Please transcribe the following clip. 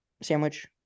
sandwich